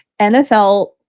NFL